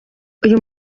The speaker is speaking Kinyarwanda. uyu